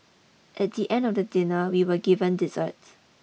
at the end of the dinner we were given dessert